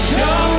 Show